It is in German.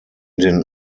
den